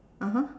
(uh huh)